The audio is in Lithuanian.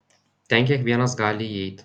ten kiekvienas gali įeit